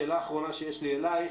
שאלה אחרונה שיש לי אליך.